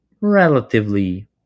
relatively